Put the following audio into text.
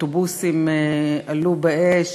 אוטובוסים עלו באש,